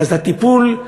ואז הטיפול,